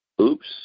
Oops